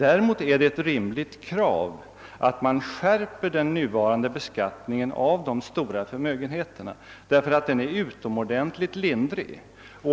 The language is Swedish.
Däremot är det ett rimligt krav att man skärper den nuvarande beskattningen av de stora förmögenheterna — den är nämligen utomordentligt lindrig.